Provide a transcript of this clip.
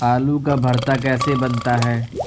آلو کا بھرتا کیسے بنتا ہے